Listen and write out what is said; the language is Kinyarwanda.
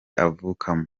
avukamo